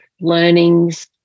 learnings